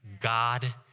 God